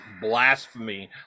blasphemy